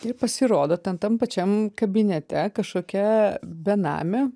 ir pasirodo ten tam pačiam kabinete kažkokia benamė